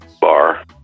bar